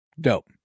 dope